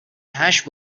هشت